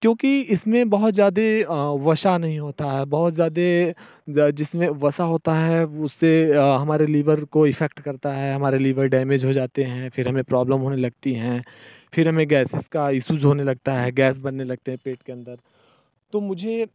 क्योंकि इसमें बहुत ज़्यादा वसा नहीं होता है बहुत ज़्यादा जिसमें वसा होता है उसे हमारे लीवर को इफेक्ट करता है हमारे लीवर डैमेज हो जाते हैं फिर हमें प्रॉब्लम होने लगती हैं फिर हमें गैसेस का इश्यूज़ होने लगता है गैस बनने लगते हैं पेट के अंदर तो मुझे